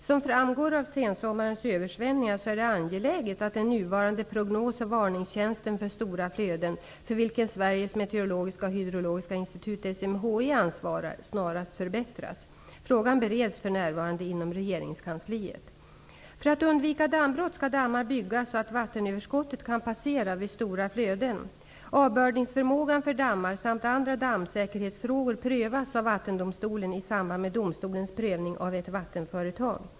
Som framgår av sensommarens översvämningar är det angeläget att den nuvarande prognos och varningstjänsten för stora flöden -- för vilken Sveriges meteorologiska och hydrologiska institut ansvarar -- snarast förbättras. Frågan bereds f.n. inom regeringskansliet. För att undvika dammbrott skall dammar byggas så att vattenöverskottet kan passera vid stora flöden. Avbördningsförmågan för dammar samt andra dammsäkerhetsfrågor prövas av vattendomstolen i samband med domstolens prövning av ett vattenföretag.